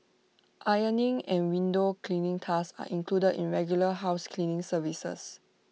ironing and window cleaning tasks are included in regular house cleaning services